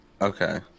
Okay